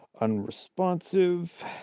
unresponsive